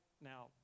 Now